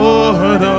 Lord